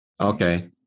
Okay